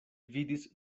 vidis